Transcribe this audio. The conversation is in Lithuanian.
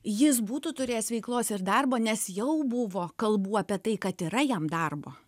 jis būtų turėjęs veiklos ir darbo nes jau buvo kalbų apie tai kad yra jam darbo